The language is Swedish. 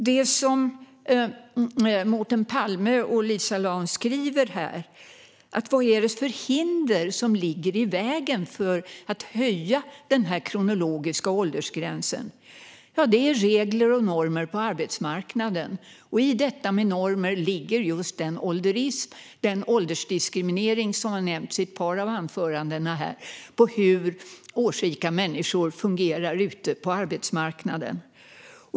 Lisa Laun och Mårten Palme frågar vilka hinder som ligger i vägen för att höja den kronologiska åldersgränsen. Jo, det är regler och normer på arbetsmarknaden, och i detta med normer ligger just den ålderism, den åldersdiskriminering som har nämnts i ett par av dagens anföranden av hur årsrika människor fungerar på arbetsmarknaden.